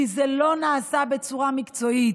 כי זה לא נעשה בצורה מקצועית.